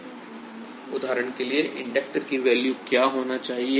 उदाहरण के लिए इंडक्टर की वैल्यू क्या होना चाहिए